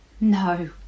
No